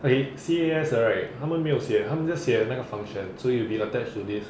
okay C_A_S right 他们没有写他们是写那个 function so you will be attached to this